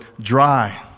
dry